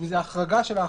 זו החרגה של ההחרגה.